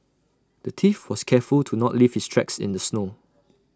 the thief was careful to not leave his tracks in the snow